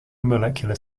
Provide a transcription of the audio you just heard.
molecular